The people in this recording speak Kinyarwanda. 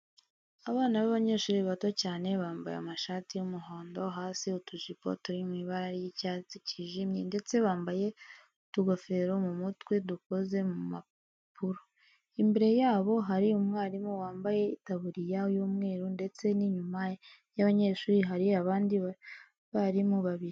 Abana b'abanyeshuri bato cyane bambaye amashati y'umuhondo hasi utujipo turi mu ibara ry'icyatsi kijimye ndetse bambaye utugofero mu mutwe dukoze mu mpapuro, imbere yabo hari umwarimu wambaye itaburiya y'umweru ndetse n'inyuma y'abanyeshuri hari abandi batimu babiri.